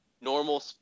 normal